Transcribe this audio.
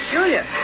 Julia